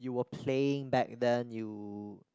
you were playing back then you